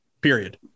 period